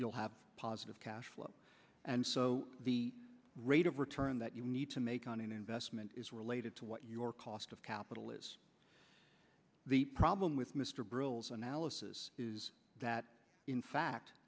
you'll have a positive cash flow and so the rate of return that you need to make on an investment is related to what your cost of capital is the problem with mr brill's analysis is that in fact